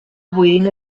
boirina